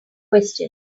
questions